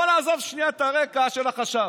בוא נעזוב שנייה את הרקע של החשב.